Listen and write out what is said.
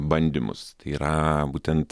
bandymus tai yra būtent